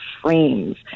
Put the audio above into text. frames